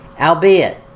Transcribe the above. Albeit